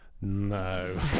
No